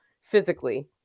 physically